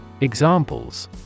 Examples